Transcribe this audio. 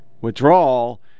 withdrawal